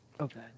Okay